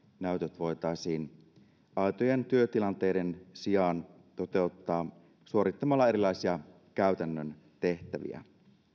näytöt voitaisiin aitojen työtilanteiden sijaan toteuttaa suorittamalla erilaisia käytännön tehtäviä